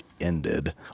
ended